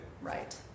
right